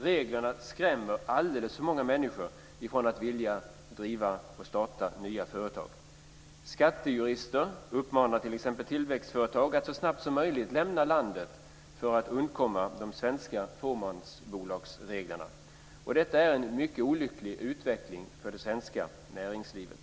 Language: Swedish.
Reglerna skrämmer alldeles för många människor från att vilja driva och starta nya företag. Skattejurister uppmanar t.ex. tillväxtföretag att så snabbt som möjligt lämna landet för att undkomma de svenska fåmansbolagsreglerna. Detta är en mycket olycklig utveckling för det svenska näringslivet.